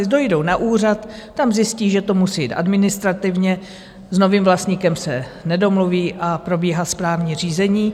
Dojdou na úřad, tam zjistí, že to musí jít administrativně, s novým vlastníkem se nedomluví a probíhá správní řízení.